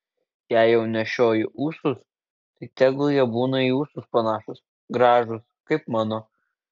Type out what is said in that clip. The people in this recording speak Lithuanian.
jei jau nešioji ūsus tai tegul jie būna į ūsus panašūs gražūs kaip mano